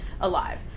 alive